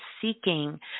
seeking